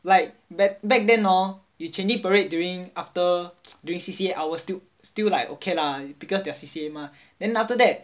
like back back then hor you changing parade during after during C_C_A hours then okay lah because their C_C_A mah